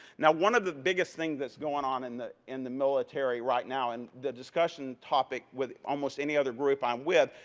now one of the biggest things that's going on in the in the military right now, and the discussion topic with almost any other group i'm with,